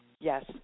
Yes